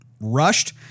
rushed